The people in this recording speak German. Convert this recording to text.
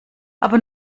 aber